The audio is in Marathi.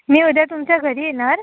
मी उद्या तुमच्या घरी येणार